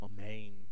amen